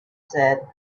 said